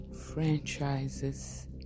franchises